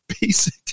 basic